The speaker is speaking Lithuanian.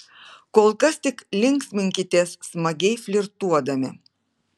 kol kas tik linksminkitės smagiai flirtuodami